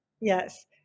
Yes